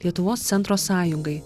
lietuvos centro sąjungai